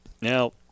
Now